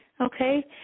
Okay